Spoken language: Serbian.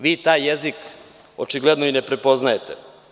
Vi taj jezik očigledno i ne prepoznajete.